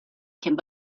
could